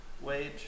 Wage